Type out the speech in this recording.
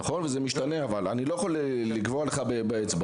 נכון, אבל זה משתנה, אני לא יכול לקבוע לך באצבע.